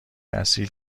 اصیل